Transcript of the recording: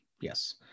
Yes